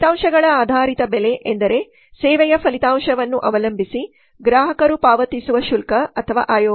ಫಲಿತಾಂಶಗಳ ಆಧಾರಿತ ಬೆಲೆ ಎಂದರೆ ಸೇವೆಯ ಫಲಿತಾಂಶವನ್ನು ಅವಲಂಬಿಸಿ ಗ್ರಾಹಕರು ಪಾವತಿಸುವ ಶುಲ್ಕ ಅಥವಾ ಆಯೋಗ